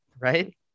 Right